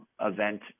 event